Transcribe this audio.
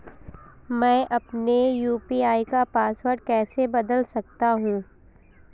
मैं अपने यू.पी.आई का पासवर्ड कैसे बदल सकता हूँ?